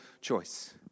choice